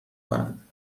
کند